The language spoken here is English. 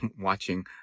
watching